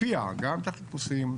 הקפיאה גם את החיפושים,